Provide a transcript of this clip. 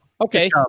Okay